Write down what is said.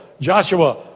Joshua